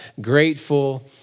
grateful